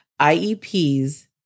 IEPs